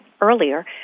earlier